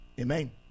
Amen